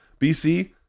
BC